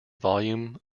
volume